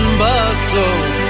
bustle